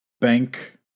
bank